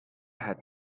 had